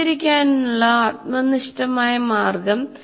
തരംതിരിക്കാനുള്ള ആത്മനിഷ്ഠമായ മാർഗം